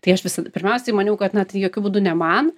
tai aš visad pirmiausiai maniau kad na tai jokiu būdu ne man